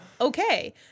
okay